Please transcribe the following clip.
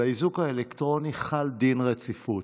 על האיזוק האלקטרוני חל דין רציפות.